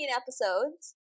episodes